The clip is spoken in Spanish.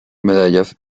medallas